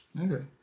Okay